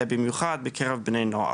במיוחד בקרב בני נוער.